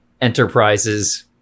enterprises